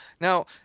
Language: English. Now